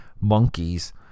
monkeys